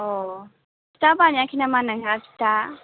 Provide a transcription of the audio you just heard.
औ फिथा बानायाखै नामा नोंहा फिथा